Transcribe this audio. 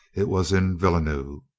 it was in villeneuve,